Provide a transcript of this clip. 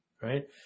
Right